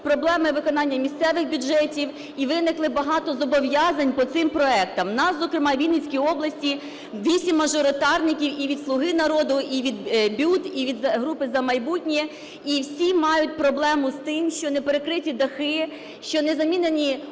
проблеми виконання місцевих бюджетів, і виникли багато зобов'язань по цим проектам. Нас, зокрема, у Вінницькій області 8 мажоритарників і від "Слуги народу", і від "БЮТ", і від групи "За майбутнє", і всі мають проблему з тим, що не перекриті дахи, що не замінені отоплення